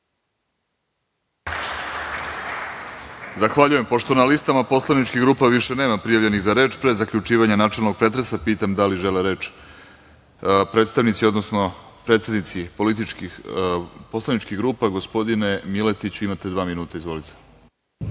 Zahvaljujem. Pošto na listama poslaničkih grupa više nema prijavljenih za reč. Pre zaključivanja načelnog pretresa, pitam da li žele reč predstavnici, odnosno predsednici poslaničkih grupa? Gospodine Miletiću, imate dva minuta. Izvolite.